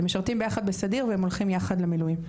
הם משרתים ביחד בסדיר, והם הולכים יחד למילואים.